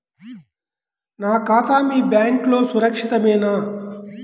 నా ఖాతా మీ బ్యాంక్లో సురక్షితమేనా?